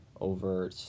over